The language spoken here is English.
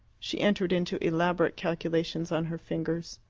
she entered into elaborate calculations on her fingers.